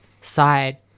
side